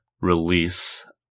release